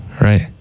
Right